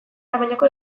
tamainako